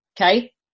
Okay